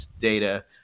data